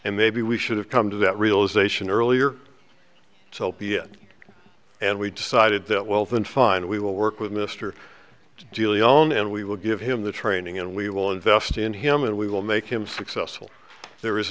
and maybe we should have come to that realization earlier so be it and we decided that well then fine we will work with mr giuliani and we will give him the training and we will invest in him and we will make him successful there is